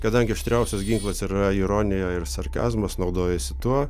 kadangi aštriausias ginklas ir yra ironija ir sarkazmas naudojasi tuo